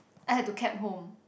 I have to cab home